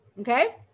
Okay